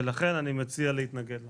ולכן אני מציע להתנגד לחוק.